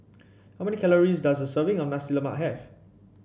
how many calories does a serving of Nasi Lemak have